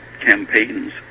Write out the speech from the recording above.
campaigns